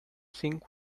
think